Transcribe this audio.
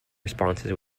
responses